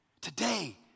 Today